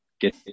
get